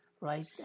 right